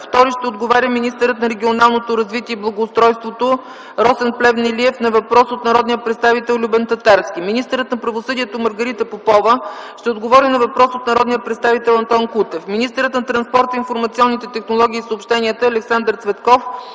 Втори ще отговаря министърът на регионалното развитие и благоустройството Росен Плевнелиев на въпрос от народния представител Любен Татарски. Министърът на правосъдието Маргарита Попова ще отговаря на въпрос от народния представител Антон Кутев. Министърът на транспорта, информационните технологии и съобщенията Александър Цветков